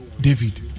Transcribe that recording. David